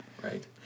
right